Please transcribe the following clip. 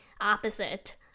opposite